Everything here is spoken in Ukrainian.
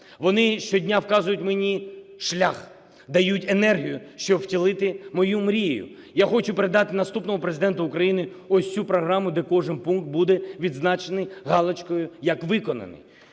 Вони щодня вказують мені шлях, дають енергію, щоб втілити мою мрію: я хочу передати наступному Президенту України ось цю програму, де кожен пункт буде відзначений галочкою як виконаний.